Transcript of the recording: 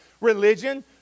religion